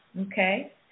okay